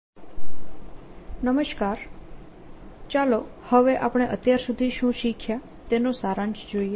displacement current ચાલો હવે આપણે અત્યાર સુધી શું શીખ્યા તેનો સારાંશ આપીએ